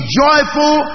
joyful